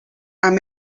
amb